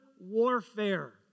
warfare